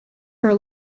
her